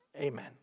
Amen